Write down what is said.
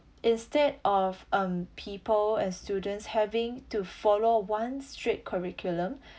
instead of um people and students having to follow one straight curriculum